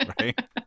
Right